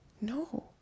No